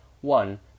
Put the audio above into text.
One